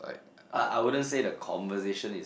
I I wouldn't say the conversation is